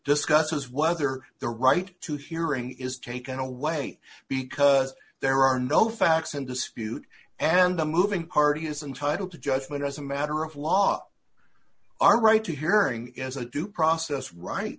discusses whether the right to hearing is taken away because there are no facts in dispute and the moving party is entitle to judgment as a matter of law our right to hearing as a due process